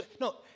No